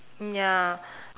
ya